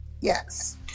Yes